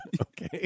okay